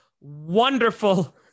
wonderful